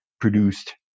produced